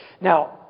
Now